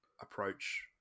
approach